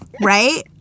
Right